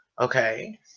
okay